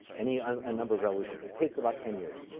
any number of revolutions it takes about ten years.